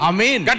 Amen